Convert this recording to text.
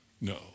No